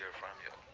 from you.